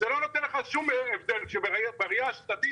זה לא נותן לך שום הבדל שבראייה השנתית